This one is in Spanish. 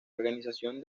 organización